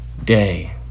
day